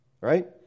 Right